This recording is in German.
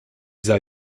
sei